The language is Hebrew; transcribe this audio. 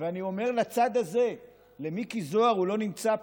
ואני אומר לצד הזה, למיקי זוהר, הוא לא נמצא פה,